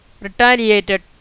retaliated